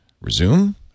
resume